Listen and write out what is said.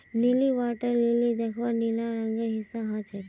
नीली water lily दख्वार नीला रंगेर हिस्सा ह छेक